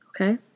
Okay